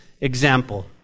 example